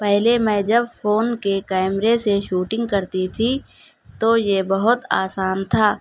پہلے جب میں فون کے کیمرے سے شوٹنگ کرتی تھی تو یہ بہت آسان تھا